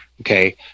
Okay